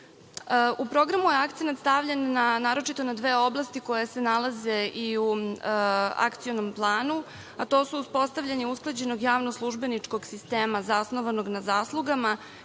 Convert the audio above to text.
programu je akcenat stavljen naročito na dve oblasti koje se nalaze i u akcionom planu, a to su uspostavljanje usklađenog javnoslužbeničkog sistema zasnovanog na zaslugama